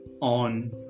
On